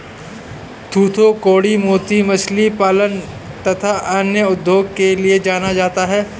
थूथूकुड़ी मोती मछली पालन तथा अन्य उद्योगों के लिए जाना जाता है